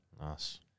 Nice